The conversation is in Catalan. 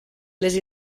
les